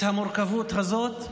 את המורכבות הזאת,